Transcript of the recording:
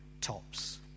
tops